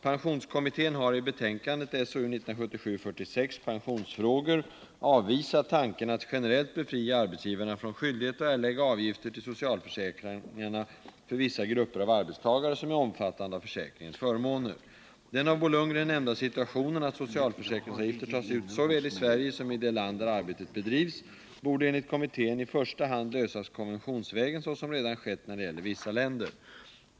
Pensionskommittén har i betänkandet Pensionsfrågor avvisat tanken att generellt befria arbetsgivarna från skyldigheten att erlägga avgifter till socialförsäkringarna för vissa grupper av arbetstagare som omfattas av försäkringens förmåner. Den av Bo Lundgren nämnda situationen att socialförsäkringsavgifter tas ut såväl i Sverige som i det land där arbetet bedrivs borde enligt kommittén i första hand lösas konventionsvägen så som redan skett när det gäller vissa länder.